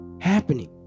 happening